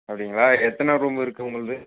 அப்படிங்களா எத்தனை ரூம் இருக்குது உங்கள்து